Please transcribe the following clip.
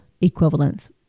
equivalence